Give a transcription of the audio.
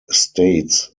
states